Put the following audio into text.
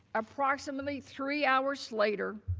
approximately three hours later,